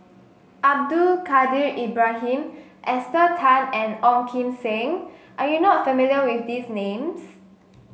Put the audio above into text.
Abdul Kadir Ibrahim Esther Tan and Ong Kim Seng are you not familiar with these names